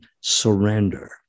surrender